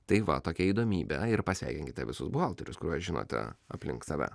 tai va tokia įdomybė ir pasveikinkite visus buhalterius kuriuos žinote aplink save